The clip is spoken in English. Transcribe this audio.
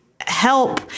help